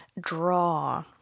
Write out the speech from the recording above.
draw